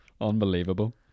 unbelievable